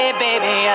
baby